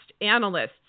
analysts